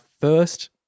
first